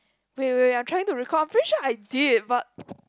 wait wait wait I'm trying to recall I'm pretty sure I did but